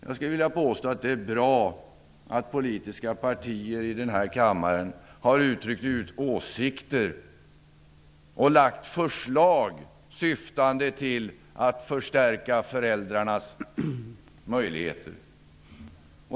Jag skulle vilja påstå att det är bra att politiska partier i den här kammaren har uttryckt åsikter och lagt fram förslag syftande till att förstärka föräldrarnas möjligheter.